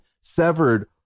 severed